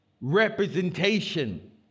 representation